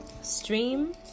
Stream